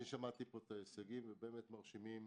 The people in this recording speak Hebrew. שמעתי את ההישגים, והם מרשימים,